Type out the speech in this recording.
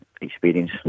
experience